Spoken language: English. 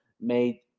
made